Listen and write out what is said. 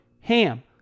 HAM